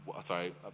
Sorry